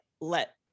let